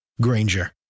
Granger